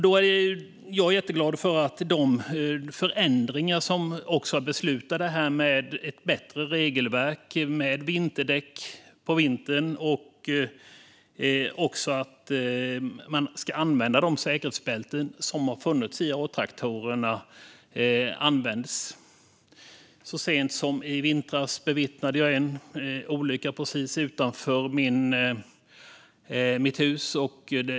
Jag är jätteglad över de förändringar som är beslutade om ett bättre regelverk för A-traktorer där man ska ha vinterdäck på vintern och använda de säkerhetsbälten som finns. Så sent som i vintras bevittnade jag en olycka precis utanför mitt hus.